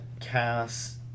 cast